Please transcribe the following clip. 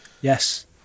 Yes